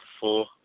four